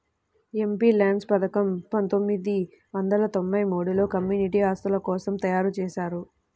MPLADS పథకం పందొమ్మిది వందల తొంబై మూడులో కమ్యూనిటీ ఆస్తుల కోసం తయ్యారుజేశారు